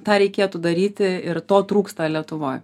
tą reikėtų daryti ir to trūksta lietuvoj